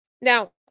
Now